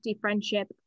Friendship